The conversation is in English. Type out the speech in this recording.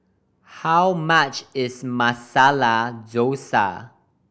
how much is Masala Dosa